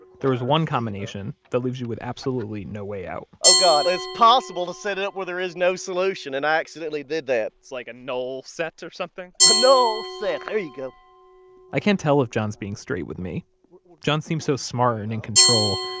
there is one combination that leaves you with absolutely no way out oh god. it's possible to set it up where there is no solution, and i accidentally did that it's like a null set or something? a null set. there you go i can't tell if john's being straight with me john seems so smart and in control.